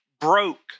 broke